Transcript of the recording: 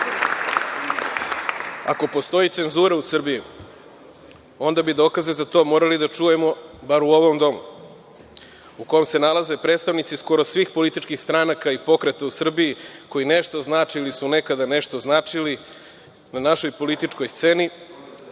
postoji cenzura u Srbiji, onda bi dokaze za to morali da čujemo bar u ovom domu, u kom se nalaze predstavnici skoro svih političkih stranaka i pokreta u Srbiji koji nešto znače ili su nekada nešto značili na našoj političkom sceni,